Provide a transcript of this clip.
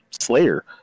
Slayer